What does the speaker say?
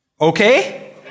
Okay